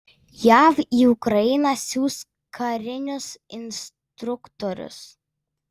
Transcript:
jav į ukrainą siųs karinius instruktorius